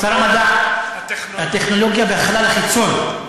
שר המדע, הטכנולוגיה והחלל החיצון.